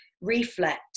reflect